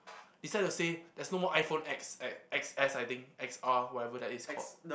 it's sad to say there's no more iPhone X X X S I think X R whatever that it's called